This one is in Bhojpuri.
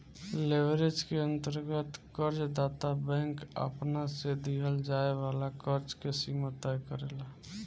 लेवरेज के अंतर्गत कर्ज दाता बैंक आपना से दीहल जाए वाला कर्ज के सीमा तय करेला